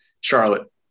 Charlotte